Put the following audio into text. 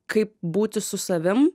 kaip būti su savim